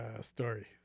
story